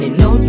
no